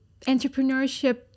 entrepreneurship